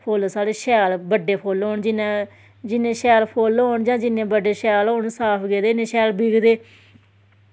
फुल साढ़े शैल बड्डे फुल होन जिन्ने शैल फुल होन जां जिन्ने बड्डे शैल होन साफ गेदे इन्ने शैल बिकदे